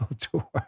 tour